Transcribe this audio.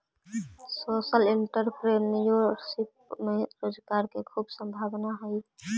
social entrepreneurship में रोजगार के खूब संभावना हई